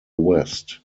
west